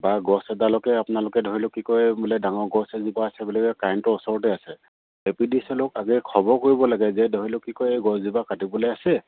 বা গছ এডালকে আপোনালোকে ধৰি লওক কি কয় বোলে ডাঙৰ গছ এজোপা আছে বোলে কাৰেণ্টৰ ওচৰতে আছে এ পি ডি চি এলক আগে খবৰ কৰিব লাগে যে ধৰি লওক কিয় এই গছজোপা কাটিবলৈ আছে